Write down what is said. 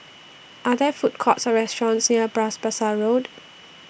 Are There Food Courts Or restaurants near Bras Basah Road